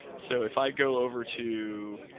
so, if i go over to